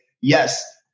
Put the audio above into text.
yes